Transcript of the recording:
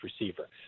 receiver